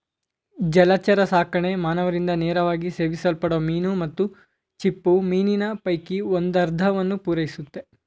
ಜಲಚರಸಾಕಣೆ ಮಾನವರಿಂದ ನೇರವಾಗಿ ಸೇವಿಸಲ್ಪಡೋ ಮೀನು ಮತ್ತು ಚಿಪ್ಪುಮೀನಿನ ಪೈಕಿ ಒಂದರ್ಧವನ್ನು ಪೂರೈಸುತ್ತೆ